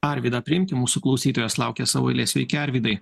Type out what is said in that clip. arvydą priimti mūsų klausytojas laukia savo eilės sveiki arvydai